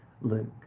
Luke